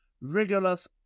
rigorous